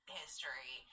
history